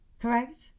Correct